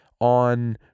on